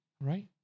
right